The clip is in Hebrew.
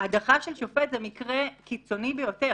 הדחה של שופט זה מקרה קיצוני ביותר.